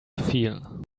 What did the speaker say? feel